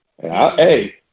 Hey